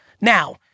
Now